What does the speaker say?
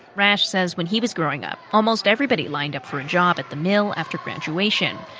rash said when he was growing up, almost everybody lined up for a job at the mill after graduation.